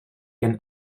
can